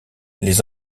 les